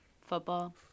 Football